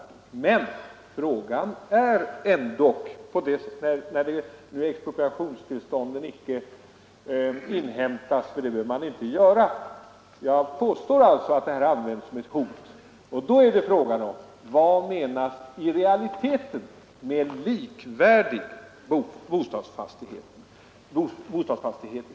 Men när tillstånd till expropriation icke inhämtas, vilket man heller inte behöver göra, användes denna bestämmelse som ett hot. Då är frågan: Vad menas i realiteten med uttrycket ”likvärdig bostadsfastighet”?